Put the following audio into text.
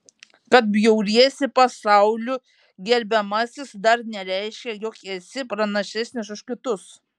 kad bjauriesi pasauliu gerbiamasis dar nereiškia jog esi pranašesnis už kitus